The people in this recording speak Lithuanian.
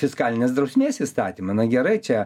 fiskalinės drausmės įstatymą na gerai čia